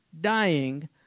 dying